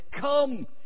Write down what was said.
come